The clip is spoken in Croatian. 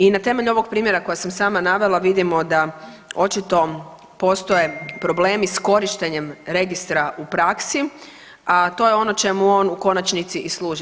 I na temelju ovog primjera koje sam sama navela vidimo da očito postoje problemi s korištenjem registra u praksi, a to je ono čemu on u konačnici i služi.